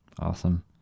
Awesome